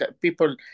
people